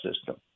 system